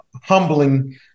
humbling